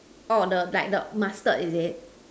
orh the like the mustard is it